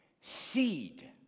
seed